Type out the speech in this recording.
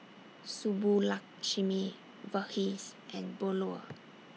Subbulakshmi Verghese and Bellur